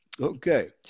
Okay